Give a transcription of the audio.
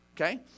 Okay